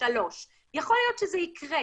מגן 3. יכול להיות שזה יקרה.